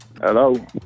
Hello